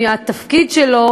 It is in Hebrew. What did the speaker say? מהתפקיד שלו,